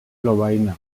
lovaina